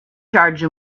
charge